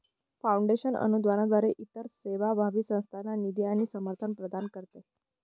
foundation अनुदानाद्वारे इतर सेवाभावी संस्थांना निधी आणि समर्थन प्रदान करते